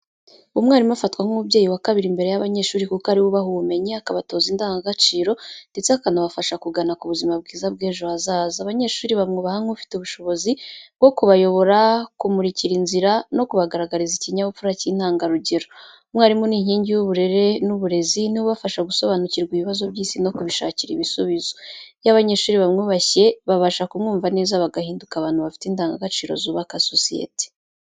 Umwarimu afatwa nk’umubyeyi wa kabiri imbere y’abanyeshuri, kuko ari we ubaha ubumenyi, akabatoza indangagaciro ndetse akanabafasha kugana ku buzima bwiza bw’ejo hazaza. Abanyeshuri bamwubaha nk’ufite ubushobozi bwo kubayobora, kumurikira inzira no kubagaragariza ikinyabupfura cy’intangarugero. Umwarimu ni inkingi y’uburere n’uburezi, ni we ubafasha gusobanukirwa ibibazo by’isi no kubishakira ibisubizo. Iyo abanyeshuri bamwubashye, babasha kumwumva neza, bagahinduka abantu bafite indangagaciro zubaka sosiyete.